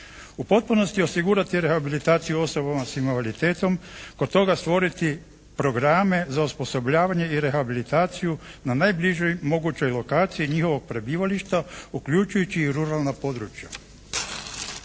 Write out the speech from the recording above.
U potpunosti osigurati rehabilitaciju osobama s invaliditetom, kod toga stvoriti programe za osposobljavanje i rehabilitaciju na najbližoj mogućoj lokaciji njihovog prebivališta uključujući i ruralna područja.